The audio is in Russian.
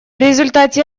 результате